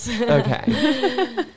okay